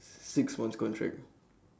six months contract uh